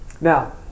Now